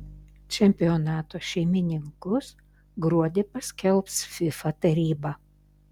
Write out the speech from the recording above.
čempionato šeimininkus gruodį paskelbs fifa taryba